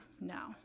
no